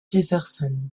jefferson